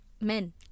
men